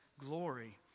glory